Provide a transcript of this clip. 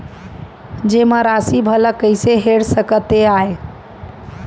जेमा राशि भला कइसे हेर सकते आय?